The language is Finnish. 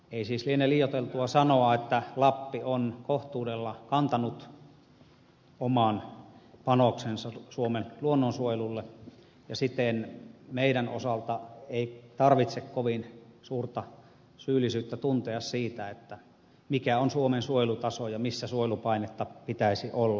ei siis liene liioiteltua sanoa että lappi on kohtuudella antanut oman panoksensa suomen luonnonsuojelulle ja siten meidän osalta ei tarvitse kovin suurta syyllisyyttä tuntea siitä mikä on suomen suojelutaso ja missä suojelupainetta pitäisi olla